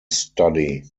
study